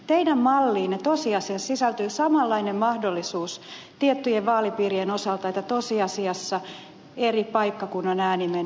teidän malliinne tosiasiassa sisältyy tiettyjen vaalipiirien osalta samanlainen mahdollisuus että tosiasiassa eri paikkakunnan ääni menee toiselle